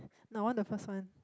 no I want the first one